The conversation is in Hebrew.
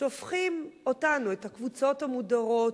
הופכים אותנו, את הקבוצות המודרות,